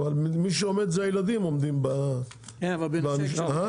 מי שעומד זה הילדים שעומדים במשמרות הזה"ב.